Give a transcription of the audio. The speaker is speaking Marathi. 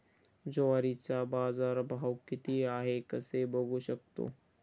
ज्वारीचा बाजारभाव किती आहे कसे बघू शकतो?